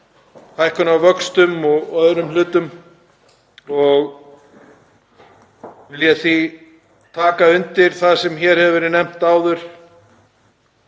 hækkunar á vöxtum og öðrum hlutum. Ég vil því taka undir það sem hér hefur verið nefnt áður,